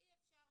אי אפשר